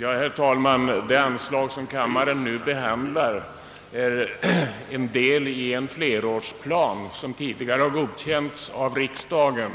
Herr talman! Det anslag som kammaren nu behandlar motsvarar en del i en flerårsplan som tidigare har godkänts av riksdagen,